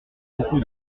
beaucoup